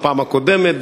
בפעם הקודמת,